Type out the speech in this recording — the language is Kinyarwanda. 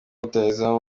rutahizamu